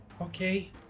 okay